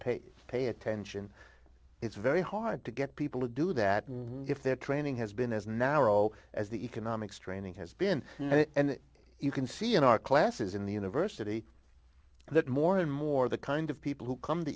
pay pay attention it's very hard to get people to do that if their training has been as narrow as the economics training has been and you can see in our classes in the university that more and more the kind of people who come to